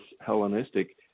Hellenistic